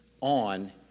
on